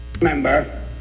remember